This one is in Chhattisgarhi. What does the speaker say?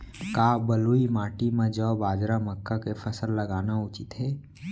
का बलुई माटी म जौ, बाजरा, मक्का के फसल लगाना उचित हे?